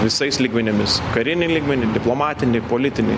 visais lygmenimis karinį lygmenį diplomatinį politinį